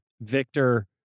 Victor